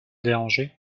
déranger